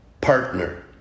partner